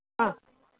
ആ